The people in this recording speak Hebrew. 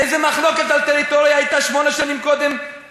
איזו מחלוקת על טריטוריה הייתה שמונה שנים קודם,